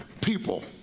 people